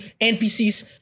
npcs